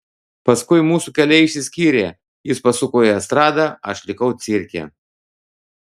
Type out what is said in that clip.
paskui mūsų keliai išsiskyrė jis pasuko į estradą aš likau cirke